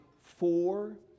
four